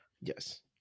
Yes